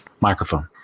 microphone